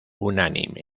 unánime